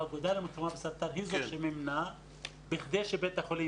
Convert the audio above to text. האגודה למלחמה בסרטן היא זו שמימנה בכדי שבית החולים